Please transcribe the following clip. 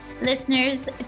Listeners